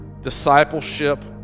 discipleship